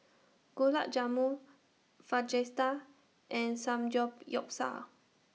Gulab Jamun Fajitas and Samgeyopsal